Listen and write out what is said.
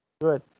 good